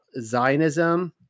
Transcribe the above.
Zionism